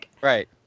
right